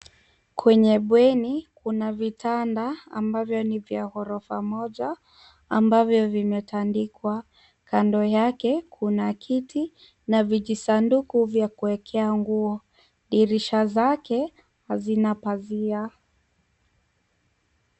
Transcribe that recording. Kwenye bweni kuna vitanda ambavyo ni vya ghorofa moja ambavyo vimetandikwa. Kando yake kuna kiti na vijisanduku vya kuwekea nguo. Dirisha zake hazina pazia.